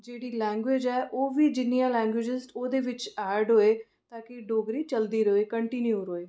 जेह्ड़ी लैंगुएज ऐ ओह् बी जिन्नियां लैंगुएजां न ओह्दे बिच ऐड होऐ ताकि डोगरी चलदी र'वै कंटिन्यू र'वै